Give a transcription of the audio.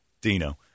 Dino